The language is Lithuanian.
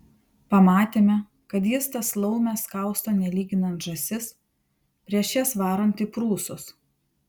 pamatėme kad jis tas laumes kausto nelyginant žąsis prieš jas varant į prūsus